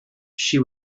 she